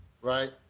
Right